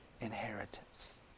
inheritance